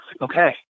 Okay